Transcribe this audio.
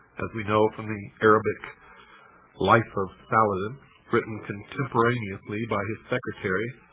as we know from the arabic life of saladin written contemporaneously by his secretary,